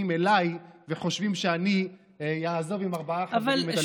אליי וחושבים שאני אעזוב עם ארבעה חברים את הליכוד.